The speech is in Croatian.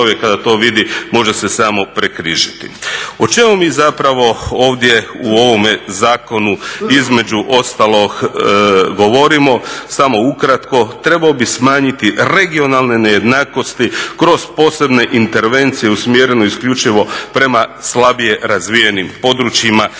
O čemu mi zapravo ovdje u ovome zakonu između ostalog govorimo? Samo ukratko. Trebao bi smanjiti regionalne nejednakosti kroz posebne intervencije usmjereno isključivo prema slabije razvijenim područjima